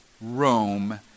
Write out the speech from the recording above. Rome